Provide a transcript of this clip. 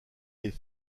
les